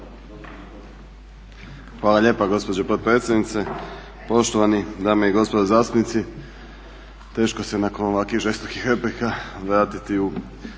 Hvala lijepa gospođo potpredsjednice. Poštovani dame i gospodo zastupnici teško se nakon ovakvih žestokih replika vratiti u